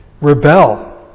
rebel